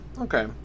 okay